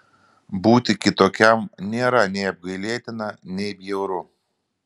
būti kitokiam nėra nei apgailėtina nei bjauru